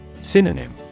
Synonym